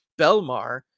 Belmar